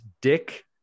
dick